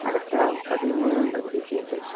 അടുത്ത പതിമൂന്നിനുണ്ട് ഒഡീഷയായിട്ട്